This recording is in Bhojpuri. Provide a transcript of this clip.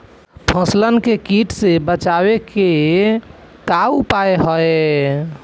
फसलन के कीट से बचावे क का उपाय है?